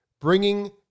bringing